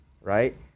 right